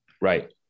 Right